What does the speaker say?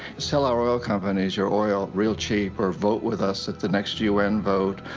sell our oil companies your oil real cheap, or vote with us at the next u n. vote,